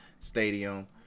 stadium